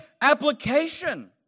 application